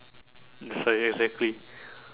it's like exactly